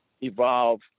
evolve